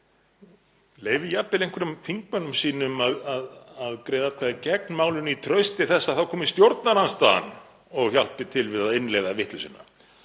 einhverjum þingmönnum sínum að greiða atkvæði gegn málinu í trausti þess að þá komi stjórnarandstaðan og hjálpi til við að innleiða vitleysuna.